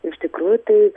iš tikrųjų tai